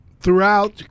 throughout